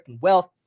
wealth